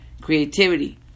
creativity